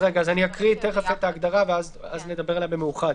אני אקריא את ההגדרה ואז נדבר עליה במאוחד.